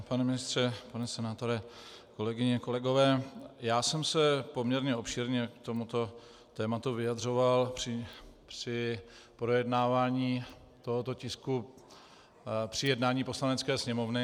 Pane ministře, pane senátore, kolegyně, kolegové, já jsem se poměrně obšírně k tomuto tématu vyjadřoval při projednávání tohoto tisku při jednání Poslanecké sněmovny.